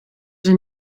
zijn